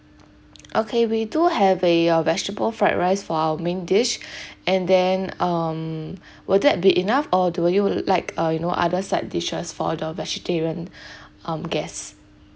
okay we do have a uh vegetable fried rice for our main dish and then um will that be enough or do you like uh you know other side dishes for the vegetarian um guests